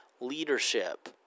leadership